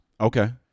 Okay